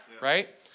right